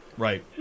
Right